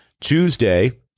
Tuesday